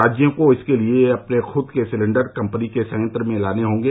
राज्यों को इसके लिए अपने खुद के सिलिंडर कम्पनी के संयंत्र में लाने होंगे